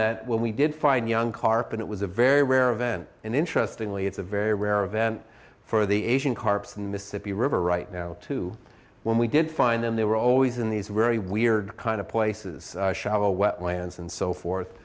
that when we did find young carp and it was a very rare event an interesting way it's a very well air a vent for the asian carp of the mississippi river right now to when we did find them they were always in these very weird kind of places shallow wetlands and so forth